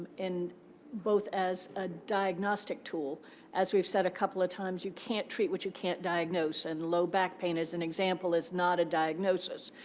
and both as a diagnostic tool as we've said a couple of times, you can't treat what you can't diagnose. and low back pain, as an example, is not a diagnosis.